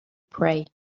pray